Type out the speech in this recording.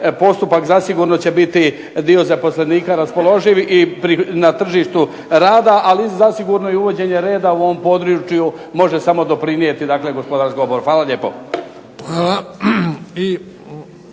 postupak zasigurno će biti dio zaposlenika raspoloživ i na tržištu rada, ali i uvođenje reda u ovom području može samo doprinijeti gospodarskom oporavku. Hvala lijepo.